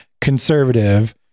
conservative